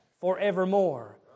forevermore